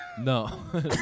No